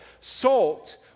Salt